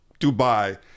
Dubai